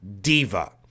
diva